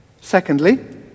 Secondly